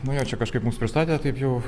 nu jau čia kažkaip mus pristatė taip jau